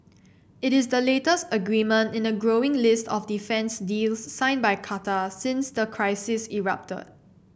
it is the latest agreement in a growing list of defence deals signed by Qatar since the crisis erupted